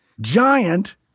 Giant